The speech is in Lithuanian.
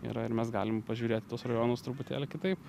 yra ir mes galim pažiūrėt į tuos rajonus truputėlį kitaip